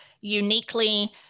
uniquely